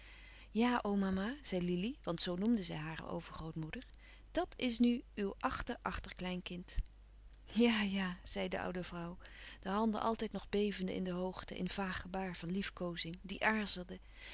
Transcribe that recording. omama zei lili want zoo noemde zij hare overgrootmoeder dat is nu uw achter achterkleinkind ja ja zei de oude vrouw de handen altijd nog bevende in de hoogte in vaag gebaar van liefkoozing die